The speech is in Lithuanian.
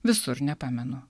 visur nepamenu